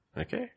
Okay